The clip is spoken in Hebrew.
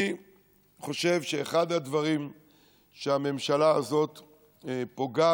אני חושב שאחד הדברים שהממשלה הזו פוגעת